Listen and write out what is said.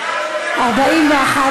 משולב), התשע"ז 2017, לוועדת הכלכלה נתקבלה.